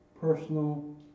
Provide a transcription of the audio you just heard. Personal